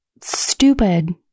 Stupid